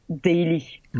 daily